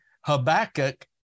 Habakkuk